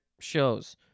shows